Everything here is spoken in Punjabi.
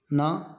ਨਾ